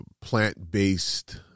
plant-based